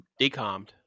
decommed